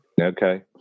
Okay